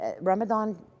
Ramadan